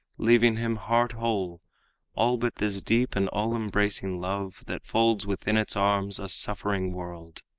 leaving him heart-whole all but this deep and all-embracing love that folds within its arms a suffering world.